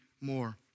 more